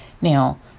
now